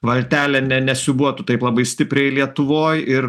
valtelė ne nesiūbuotų taip labai stipriai lietuvoj ir